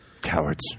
Cowards